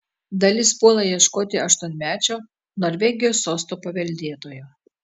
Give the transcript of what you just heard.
dalis puola ieškoti aštuonmečio norvegijos sosto paveldėtojo